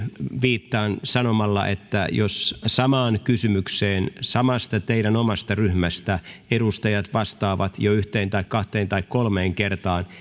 viittaan sanomalla että jos samaan kysymykseen teidän omasta ryhmästänne edustajat vastaavat jo yhteen tai kahteen tai kolmeen kertaan